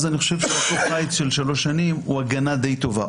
אז אני חושב שאותו חיץ של 3 שנים הוא הגנה די טובה.